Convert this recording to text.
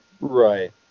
Right